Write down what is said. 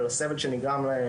אבל הסבל שנגרם להם,